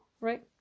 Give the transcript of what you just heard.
right